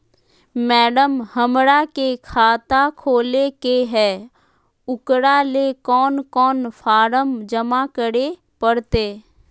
Madam, हमरा के खाता खोले के है उकरा ले कौन कौन फारम जमा करे परते?